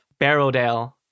Barrowdale